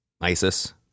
ISIS